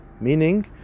meaning